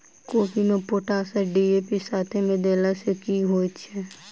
कोबी मे पोटाश आ डी.ए.पी साथ मे देला सऽ की होइ छै?